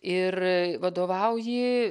ir vadovauji